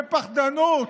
בפחדנות,